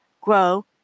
grow